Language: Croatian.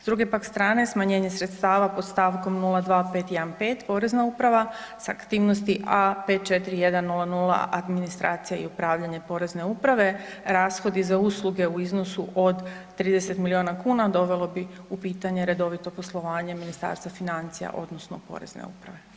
S druge pak strane smanjenje sredstava pod stavkom 02515 Porezna uprava s aktivnosti A 54100 administracija i upravljanje Porezne uprave, rashodi za usluge u iznosu od 30 milijuna kuna dovelo bi u pitanje redovito poslovanje Ministarstva financija odnosno Porezne uprave.